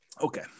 okay